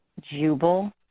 Jubal